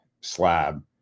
slab